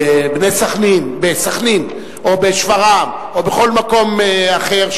בסח'נין או בשפרעם או בכל מקום אחר,